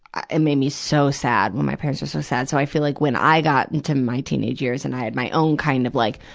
and made me so sad when my parents were so sad. so i feel like when i got into my teenage and i had my own kind of like,